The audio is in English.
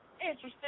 interesting